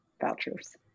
vouchers